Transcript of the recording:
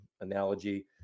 analogy